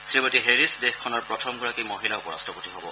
শ্ৰীমতী Harris দেশখনৰ প্ৰথমগৰাকী মহিলা উপ ৰট্টপতি হ'ব